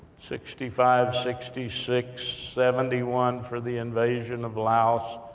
sixty five, sixty six, seventy one for the invasion of laos,